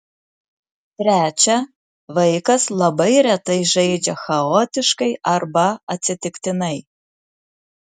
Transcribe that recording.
trečia vaikas labai retai žaidžia chaotiškai arba atsitiktinai